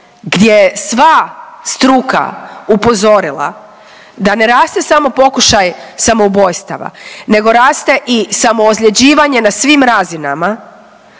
gdje je sva struka upozorila da ne raste samo pokušaj samoubojstava nego raste i samoozljeđivanje na svim razinama